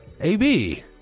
AB